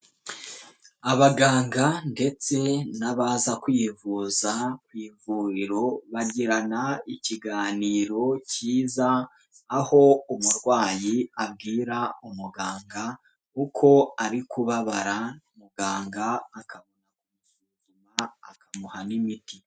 Abaganga ndetse n'abaza kwivuza ku ivuriro bagirana ikiganiro cyiza, aho umurwayi abwira umuganga uko ari kubabara, muganga akamusuzuma akamuha n'imiti.